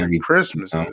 Christmas